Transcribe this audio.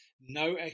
No